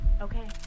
Okay